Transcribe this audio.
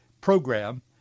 program